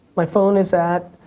my phone is at.